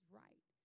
right